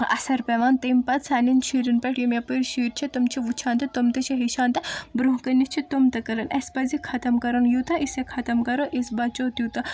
اثر پیٚوان تمہِ پتہٕ سانیٚن شُریٚن پیٚٹھ یِم یپٲرۍ شُرۍ چھِ تم چھِ وٕچھان تہِ تم تہِ چھِ ہیٚچھان تہٕ برونہہ کٔنۍ یُس چھِ تم تہِ کرن اسہِ پزِ یہِ ختم کٔرُن یوٗتاہ أسۍ یہِ ختم کرو أسۍ بچو تیوٗتاہ